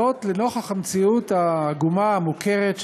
זאת לנוכח המציאות העגומה המוכרת,